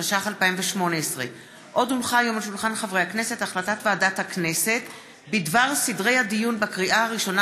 התשע"ח 2018. החלטת ועדת הכנסת בדבר סדרי הדיון בקריאה הראשונה